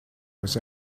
with